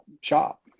shop